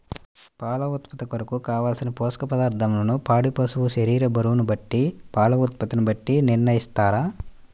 పాల ఉత్పత్తి కొరకు, కావలసిన పోషక పదార్ధములను పాడి పశువు శరీర బరువును బట్టి పాల ఉత్పత్తిని బట్టి నిర్ణయిస్తారా?